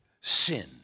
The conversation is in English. sin